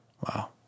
wow